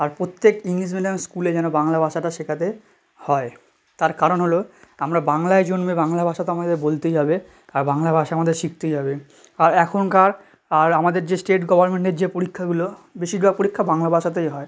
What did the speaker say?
আর প্রত্যেক English medium স্কুলে যেন বাংলা ভাষাটা শেখাতে হয় তার কারণ হলো আমরা বাংলায় জন্মে বাংলা ভাষা তো আমাদের বলতেই হবে আর বাংলা ভাষা আমাদের শিখতেই হবে আর এখনকার আর আমাদের যে স্টেট গভার্মেন্টের যে পরীক্ষাগুলো বেশিরভাগ পরীক্ষা বাংলা ভাষাতেই হয়